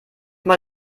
mal